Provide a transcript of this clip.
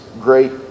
great